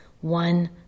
one